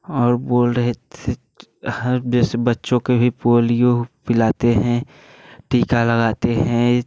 और बोल रहे थे हम जैसे बच्चों के भी पोलियो पिलाते हैं टीका लगाते हैं